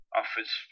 offers